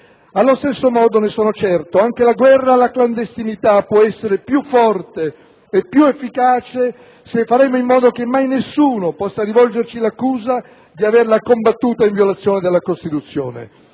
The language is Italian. Allo stesso modo, ne sono certo, anche la guerra alla clandestinità può essere più forte e più efficace se faremo in modo che mai nessuno possa rivolgerci l'accusa di averla combattuta in violazione della Costituzione.